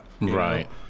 Right